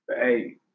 Hey